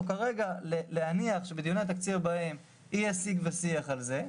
או כרגע להניח שבדיוני התקציב הבאים יהיה סיג ושיח על זה,